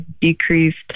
decreased